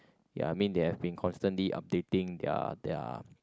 ya I mean they have been constantly updating their their